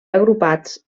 agrupats